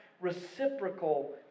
reciprocal